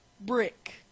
brick